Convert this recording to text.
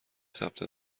ثبت